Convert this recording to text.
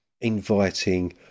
inviting